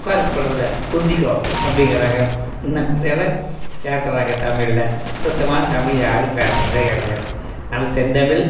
உட்கார சொல்றதில்லை குந்திக்கோ அப்படிங்குறாங்க இந்தமாதிரியெல்லாம் பேசறாங்க தமிழில் சுத்தமான தமிழில் யாரும் பேசறதே கிடையாது நல்ல செந்தமிழ்